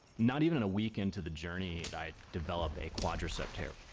not even a week into the journey, i'd developed a quadricep tear.